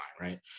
right